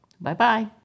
Bye-bye